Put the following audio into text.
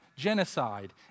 genocide